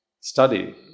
study